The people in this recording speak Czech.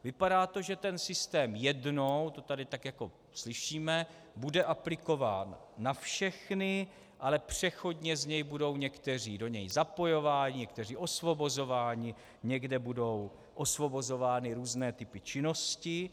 Vypadá to, že ten systém jednou, to tady tak jako slyšíme, bude aplikován na všechny, ale přechodně z něj budou někteří do něj zapojováni, někteří osvobozováni, někde budou osvobozovány různé typy činnosti.